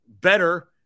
better